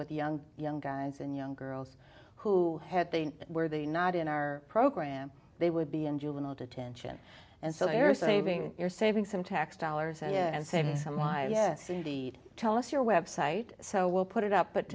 with young young guys and young girls who had been were they not in our program they would be in juvenile detention and so they're saving you're saving some tax dollars and saving some lives yes indeed tell us your web site so we'll put it up but